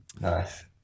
Nice